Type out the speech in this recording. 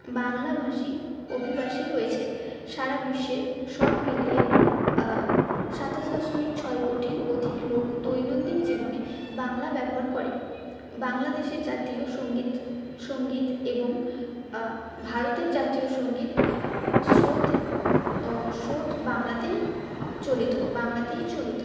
বাংলাভাষী অভিবাসী রয়েছে সারা বিশ্বের সব মিলিয়ে সাতাশ দশমিক ছয় কোটির অধিক লোক দৈনন্দিন জীবনে বাংলা ব্যবহার করে বাংলাদেশের জাতীয় সঙ্গীত সঙ্গীত এবং ভারতের জাতীয় সঙ্গীত স্রোত সোত বাংলাতেই চলিত বাংলাতেই চলিত